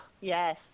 Yes